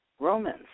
Romans